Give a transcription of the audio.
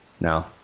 No